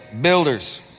builders